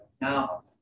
Now